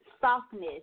softness